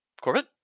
Corbett